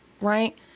right